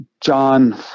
John